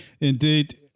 Indeed